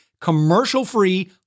commercial-free